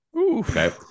Okay